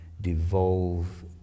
devolve